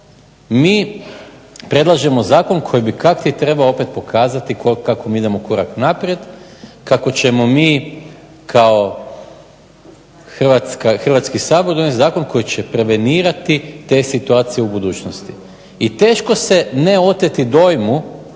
mi predlažemo zakon koji bi kak ti trebao opet pokazati kako mi idemo korak naprijed, kako ćemo mi kao Hrvatski sabor donijeti zakon koji će prevenirati te situacije u budućnosti. I teško se ne oteti dojmu